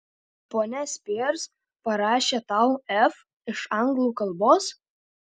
ponia spears parašė tau f iš anglų kalbos